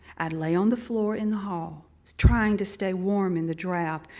i'd lay on the floor in the hall, trying to stay warm in the draft,